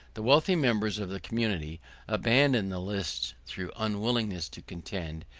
the wealthy members of the community abandon the lists, through unwillingness to contend,